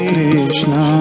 Krishna